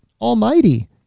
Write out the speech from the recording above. almighty